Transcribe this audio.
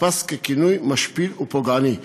נתפס ככינוי משפיל ופוגעני.